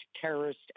terrorist